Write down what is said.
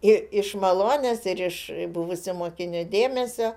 iš malonės ir iš buvusių mokinių dėmesio